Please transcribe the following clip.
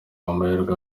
amahirwe